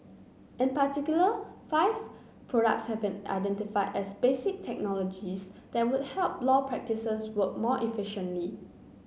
in particular five products have been identified as basic technologies that would help law practices work more efficiently